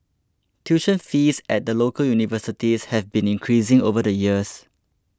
tuition fees at the local universities have been increasing over the years